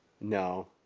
No